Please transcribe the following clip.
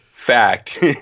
Fact